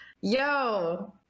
yo